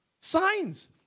Signs